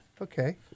Okay